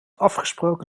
afgesproken